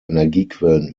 energiequellen